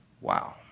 Wow